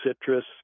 citrus